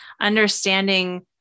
Understanding